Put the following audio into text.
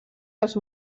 els